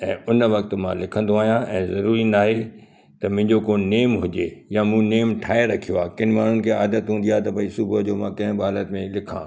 ऐं उन वक़्तु मां लिखंदो आहियां ऐं ज़रूरी न आहे त मुंहिंजो को नेम हुजे या मूं नेम ठाहे रखियो आहे किन माण्हुनि खे आदत हूंदी आहे त भई सुबुह जो मां कंहिं बि हालति में लिखा